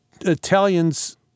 Italians